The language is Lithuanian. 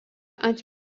ant